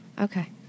Okay